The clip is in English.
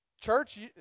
Church